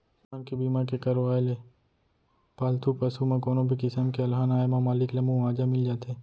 पसु मन के बीमा के करवाय ले पालतू पसु म कोनो भी किसम के अलहन आए म मालिक ल मुवाजा मिल जाथे